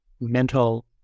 mental